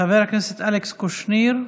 חבר הכנסת אלכס קושניר,